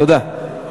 תודה.